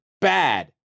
bad